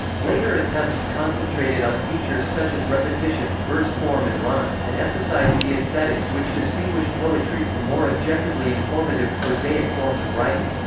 later attempts concentrated on features such as repetition, verse form and rhyme, and emphasized the aesthetics which distinguish poetry from more objectively informative, prosaic forms of writing.